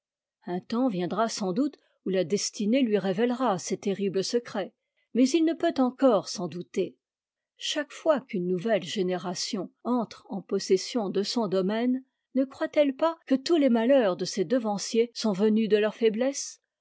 un temps viendra sans doute où la destinée lui révélera ses terribles secrets mais il ne peut encore s'en douter chaque fois qu'une nouvelle génération entre en possession de son domaine ne croit-elle pas que tous les malheurs de ses devanciers sont venus de leur faiblesse